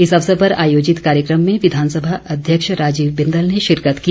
इस अवसर पर आयोजित कार्यक्रम में विधानसभा अध्यक्ष राजीव बिंदल ने शिरकत की